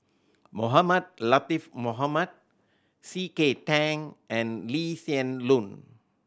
Mohamed Latiff Mohamed C K Tang and Lee Hsien Loong